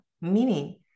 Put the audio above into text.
meaning